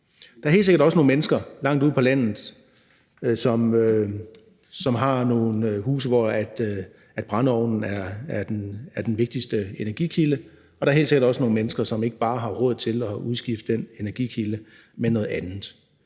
Der er helt sikkert også nogle mennesker langt ude på landet, som har nogle huse, hvor brændeovnen er den vigtigste energikilde, og der er helt sikkert også nogle mennesker, som ikke bare har råd til at udskifte den energikilde med noget andet.